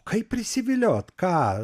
kaip prisiviliot ką